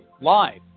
live